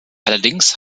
allerdings